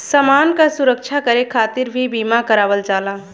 समान क सुरक्षा करे खातिर भी बीमा करावल जाला